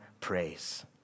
praise